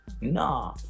Nah